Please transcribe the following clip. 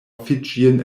fijian